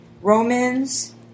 Romans